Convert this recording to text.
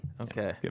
Okay